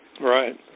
right